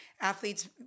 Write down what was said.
athletes